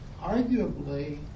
arguably